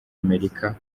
amerika